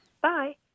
Bye